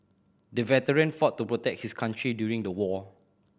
the veteran fought to protect his country during the war